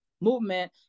movement